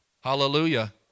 hallelujah